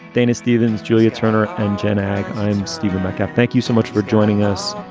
dayna stephens, julia turner and jen ag. i'm stephen metcalf. thank you so much for joining us.